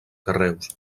carreus